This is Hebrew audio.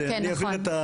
אז אני אעביר את,